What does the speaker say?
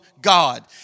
God